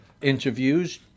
interviews